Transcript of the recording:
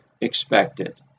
expected